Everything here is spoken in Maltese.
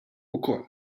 wkoll